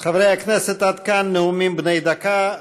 חברי הכנסת, עד כאן נאומים בני דקה.